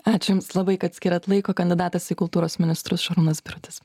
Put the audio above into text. ačiū jums labai kad skyrėt laiko kandidatas į kultūros ministrus šarūnas birutis